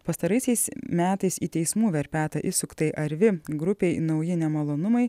pastaraisiais metais į teismų verpetą įsuktai arvi grupei nauji nemalonumai